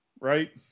Right